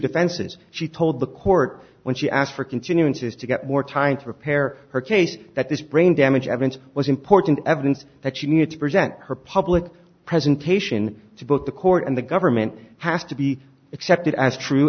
defenses she told the court when she asked for continuances to get more time to repair her case that this brain damage evidence was important evidence that she needed to present her public presentation to both the court and the government has to be accepted as true